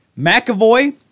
McAvoy